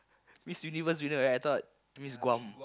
Miss Universe winner right I thought Miss Guam